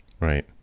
Right